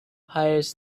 hires